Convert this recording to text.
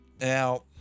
Now